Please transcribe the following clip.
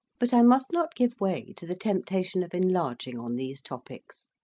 but i must not give way to the temptation of enlarging on these topics.